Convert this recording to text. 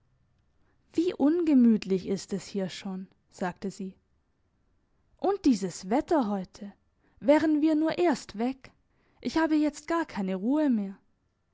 wie ungemütlich ist es hier schon sagte sie und dieses wetter heute wären wir nur erst weg ich habe jetzt gar keine ruhe mehr